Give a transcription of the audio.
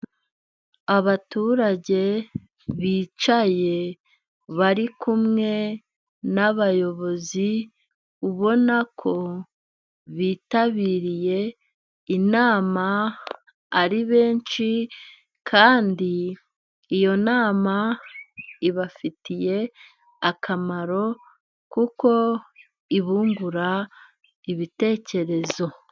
Abaturage bicaye bari kumwe n'abayobozi, ubona ko bitabiriye inama ari benshi, kandi iyo nama ibafitiye akamaro kuko ibungura ibitekerezo.